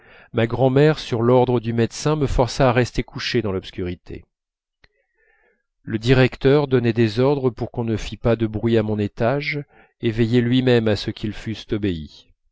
ma grand'mère sur l'ordre du médecin me forçait à rester couché dans l'obscurité le directeur donnait des ordres pour qu'on ne fît pas de bruit à mon étage et veillait lui-même à ce qu'ils fussent obéis